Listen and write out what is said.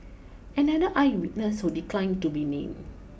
another eye witness who declined to be named